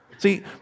See